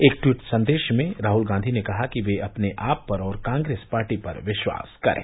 एक ट्वीट संदेश में राहुल गांधी ने कहा कि वे अपने आप पर और कांग्रेस पार्टी पर विश्वास करें